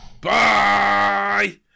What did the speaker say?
bye